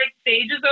stages